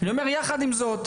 אבל אני אומר יחד עם זאת,